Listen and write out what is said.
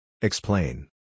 Explain